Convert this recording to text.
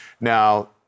Now